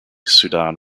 sudan